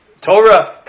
Torah